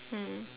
mm